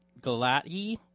Galati